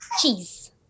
Cheese